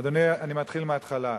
אדוני, אני מתחיל מההתחלה.